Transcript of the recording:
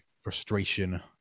frustration